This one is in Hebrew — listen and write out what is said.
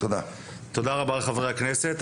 תודה רבה לחברי הכנסת.